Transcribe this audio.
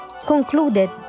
concluded